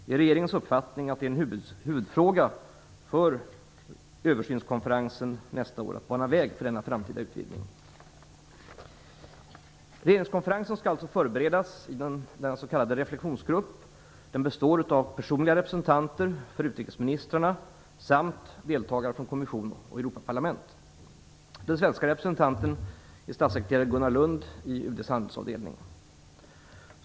Det är regeringens uppfattning att det är en huvudfråga för översynskonferensen nästa år att bana väg för denna framtida utvidgning. Regeringskonferensen skall alltså förberedas i den s.k. reflexionsgruppen. Den består av personliga representanter för utrikesministrarna samt deltagare från kommissionen och Europaparlamentet. Den svenska representanten är statssekreterare Gunnar Lund från UD:s handelsavdelning.